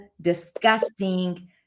disgusting